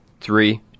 three